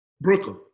Brooklyn